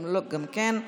גם כן,